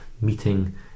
Meeting